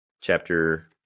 Chapter